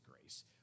grace